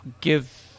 give